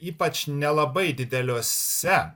ypač nelabai dideliuose